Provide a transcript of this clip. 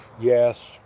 yes